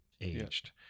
aged